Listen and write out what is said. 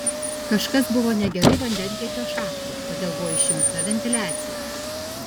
kažkas buvo negerai vandentiekio šachtai todėl buvo išjungta ventiliacija